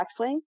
backswing